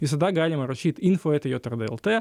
visada galima rašyti info eta jot er d el t